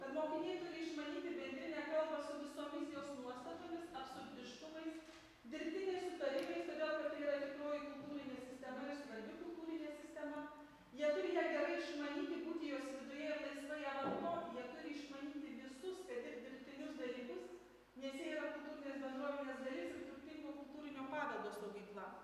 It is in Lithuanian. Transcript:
kad mokiniai turi išmanyti bendrinę kalbą su visomis jos nuostatomis absurdiškumais dirbtiniais sutarimais todėl kad tai yra tikroji kultūrinė sistema ir svarbi kultūrinė sistema jie turi ją gerai išmanyti būti jos viduje ir laisvai ją naudoti jie turi išmanyti visus kad ir dirbtinius dalykus nes jie yra kultūrinės bendruomenės dalis ir turtingo kultūrinio paveldo saugykla